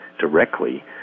directly